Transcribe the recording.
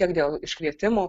tiek dėl iškvietimų